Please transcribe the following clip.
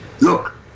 Look